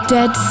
Dead